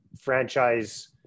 franchise